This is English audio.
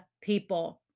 people